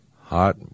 Hot